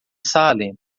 salem